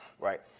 right